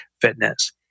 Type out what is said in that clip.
fitness